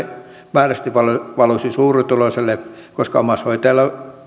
määrällisesti valuisi suurituloisille koska omaishoitajien